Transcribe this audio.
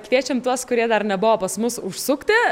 kviečiam tuos kurie dar nebuvo pas mus užsukti